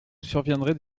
surviendraient